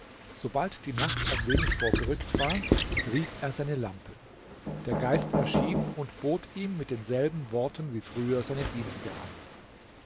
sobald die nacht ein wenig vorgerückt war rieb er seine lampe der geist erschien und bot ihm mit denselben worten wie früher seine dienste an